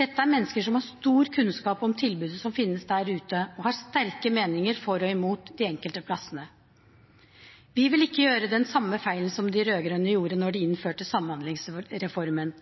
Dette er mennesker som har stor kunnskap om tilbudet som finnes der ute, og som har sterke meninger for og imot de enkelte plassene. Vi vil ikke gjøre den samme feilen som de rød-grønne gjorde da de innførte Samhandlingsreformen.